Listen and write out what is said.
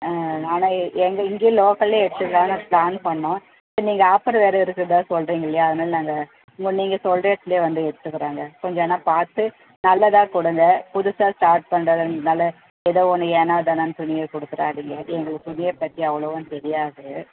ஆ ஆனால் எ எங்கே இங்கே லோக்கல்லே எடுத்துக்கலாம்னு ப்ளான் பண்ணோம் சரி நீங்கள் ஆஃபர் வேற இருக்கிறதா சொல்கிறீங்க இல்லையா அதனால் நாங்கள் உங்கள் நீங்கள் சொல்கிற இடத்துலே வந்து எடுத்துக்கிறோங்க கொஞ்சம் ஆனால் பார்த்து நல்லதாக கொடுங்க புதுசாக ஸ்டார்ட் பண்ணுறதுனால ஏதோ ஒன்று ஏனோ தானோன்னு துணியை கொடுத்துறாதீங்க எங்களுக்கு துணியை பற்றி அவ்வளவும் தெரியாது